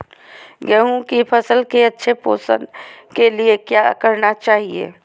गेंहू की फसल के अच्छे पोषण के लिए क्या करना चाहिए?